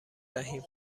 دهیم